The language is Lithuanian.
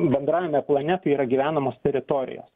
bendrajame plane tai yra gyvenamos teritorijos